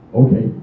okay